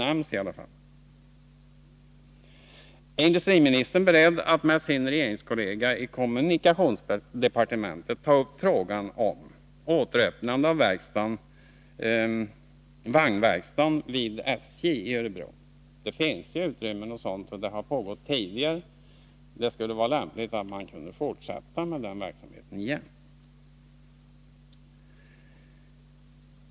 Är industriministern beredd att med sin regeringskollega i kommunikationsdepartementet ta upp frågan om återöppnande av SJ:s vagnverkstad i Örebro? Det finns ju utrymme för en sådan verksamhet. Det vore lämpligt om man kunde fortsätta med den verksamheten igen.